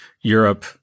Europe